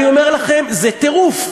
אני אומר לכם, זה טירוף,